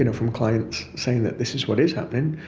you know from clients saying that this is what is happening,